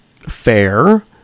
Fair